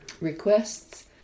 requests